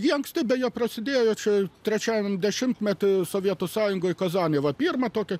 ji anksti beje prasidėjo čia trečiajam dešimtmety sovietų sąjungoj kazanėj va pirma tokia